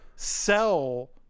sell